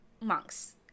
monks